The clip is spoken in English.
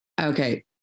okay